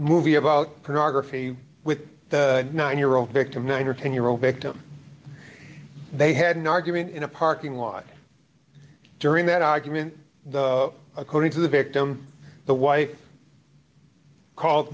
movie about pornography with the nine year old victim nine or ten year old victim they had an argument in a parking lot during that argument according to the victim the wife call